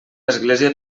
església